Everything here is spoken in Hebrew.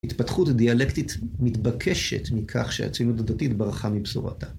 התפתחות הדיאלקטית מתבקשת מכך שהציונות הדתית ברחה מבשורתה.